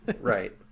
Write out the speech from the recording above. Right